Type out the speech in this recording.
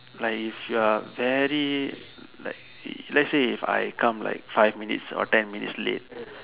like if you're very like let's say if I come like five minutes or ten minutes late